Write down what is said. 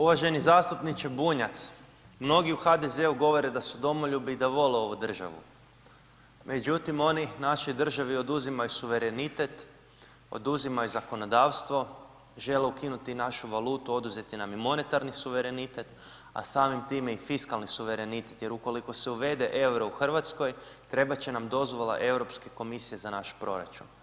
Uvaženi zastupniče Bunjac, mnogi u HDZ-u govore da su domoljubi i da vole ovu državu međutim oni našoj državi oduzimaju suverenitet, oduzimaju zakonodavstvo, žele ukinuti i našu valutu, oduzeti nam i monetarni suverenitet a samim time i fiskalni suverenitet jer ukoliko se uvede euro u Hrvatskoj trebati će nam dozvola Europske komisije za naš proračun.